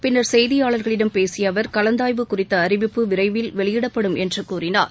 பின்னர் செய்தியாளர்களிடம் பேசிய அவர் கலந்தாய்வு குறித்த அறிவிப்பு விரைவில் வெயிடப்படும் என்று கூறினார்